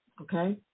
okay